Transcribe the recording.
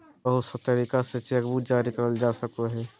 बहुत सा तरीका से चेकबुक जारी करल जा सको हय